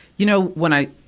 you know, when i,